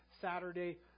Saturday